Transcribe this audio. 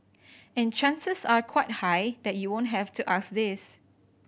and chances are quite high that you won't have to ask this